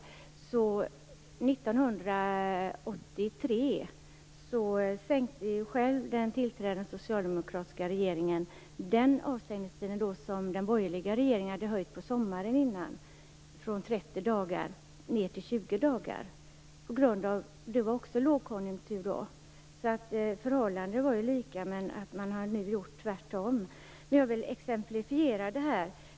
1983 sänkte den tillträdande socialdemokratiska regeringen själv den avstängningstid som den borgerliga regeringen hade höjt sommaren innan. Man sänkte från 30 dagar ned till 20. Det var lågkonjunktur också då. Förhållandena var lika, men nu har man gjort tvärtom. Jag vill exemplifiera det här.